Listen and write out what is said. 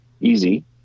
easy